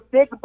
Big